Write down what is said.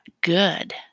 good